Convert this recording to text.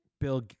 Bill